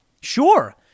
Sure